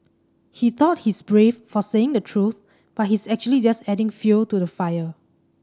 he thought he's brave for saying the truth but he's actually just adding fuel to the fire